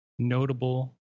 notable